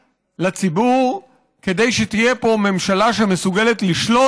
לציבור: כדי שתהיה פה ממשלה שמסוגלת לשלוט,